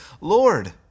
Lord